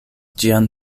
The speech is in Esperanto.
ĝian